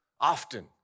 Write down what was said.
often